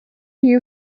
you